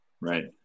right